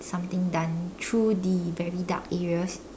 something done through the very dark areas